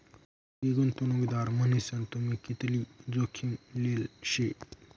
खासगी गुंतवणूकदार मन्हीसन तुम्ही कितली जोखीम लेल शे